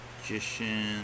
Magician